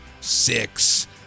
six